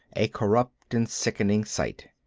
a corrupt and sickening sight.